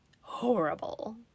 horrible